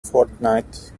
fortnight